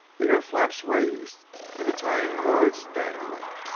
the ear-flaps raised and the tying-cords dangling.